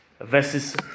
versus